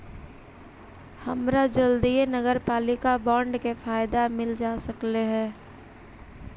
हमरा जल्दीए नगरपालिका बॉन्ड के फयदा मिल सकलई हे